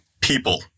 people